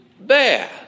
bad